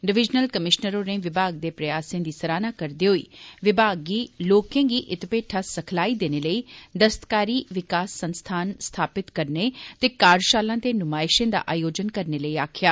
divisional commissioner होरें विभाग दे प्रयासें दी सराहना करदे होई विभाग गी लोकें गी इत्त पेठा सखलाई देने लेई दस्तकारी विकास संस्थान स्थापित करने ते कार्यशालां ते नुमायशें दा आयोजन करने लेई आक्खेआ